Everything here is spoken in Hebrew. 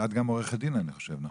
את גם עורכת דין, נכון?